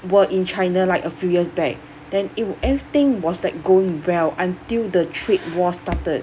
were in china like a few years back then it wa~ everything was like going well until the trade war started